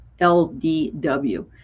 LDW